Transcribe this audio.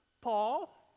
Paul